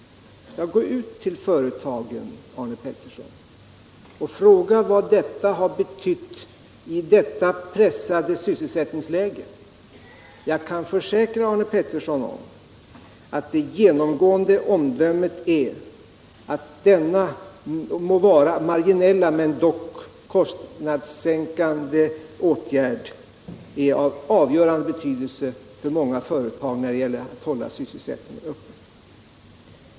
Gå ut till företagen, Arne Pettersson, och fråga vad det har betytt i detta pressade sysselsättningsläge. Jag kan försäkra Arne Pettersson om att det genomgående omdömet är att denna må vara marginella men dock kostnadssänkande åtgärd är av avgörande betydelse för många företag när det gäller att hålla sysselsättningen uppe.